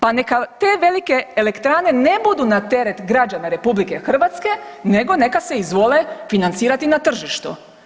Pa neka te velike elektrane ne budu na teret građana RH nego neka se izvole financirati na tržištu.